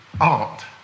art